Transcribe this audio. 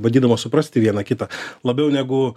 bandydama suprasti viena kitą labiau negu